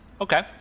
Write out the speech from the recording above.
Okay